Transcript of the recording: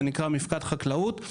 זה נקרא מפקד חקלאות,